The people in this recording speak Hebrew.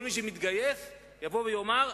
כל מי שמתגייס, יאמר: